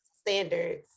standards